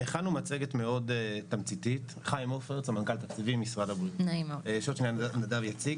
הכנו מצגת מאוד תמציתית, שנדב יציג.